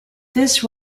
this